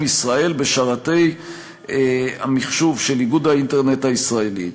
ישראל בשרתי המחשוב של איגוד האינטרנט הישראלי.